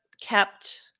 kept